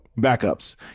backups